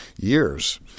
years